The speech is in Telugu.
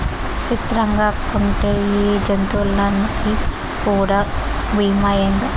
సిత్రంగాకుంటే ఈ జంతులకీ కూడా బీమా ఏందో